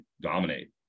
dominate